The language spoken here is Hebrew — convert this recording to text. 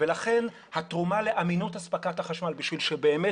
לכן התרומה לאמינות הספקת החשמל כדי שבאמת